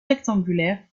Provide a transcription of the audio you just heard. rectangulaires